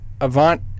Avant